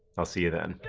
i'll see you then.